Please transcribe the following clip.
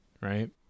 right